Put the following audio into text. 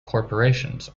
corporations